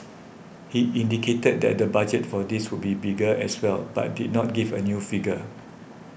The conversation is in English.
he indicated that the budget for this would be bigger as well but did not give a new figure